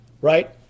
right